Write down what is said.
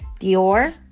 dior